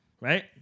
right